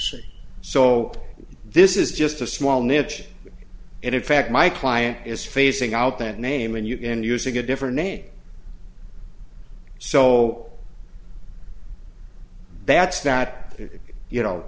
sexy so this is just a small niche and in fact my client is phasing out that name and you can using a different name so that's that you know